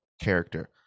character